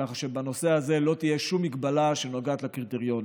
כך שבנושא הזה לא תהיה שום הגבלה שנוגעת לקריטריונים.